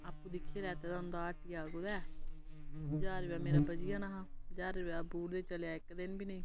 आपूं दिक्खियै लैते दे होंदा हट्टिया दा कुदै ज्हार रपेऽ मेरा बची जाना हा ज्हार रपेआ दा बूट ते चलेआ इक दिन बी नी